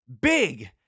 big